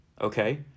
Okay